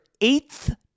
eighth